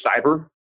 cyber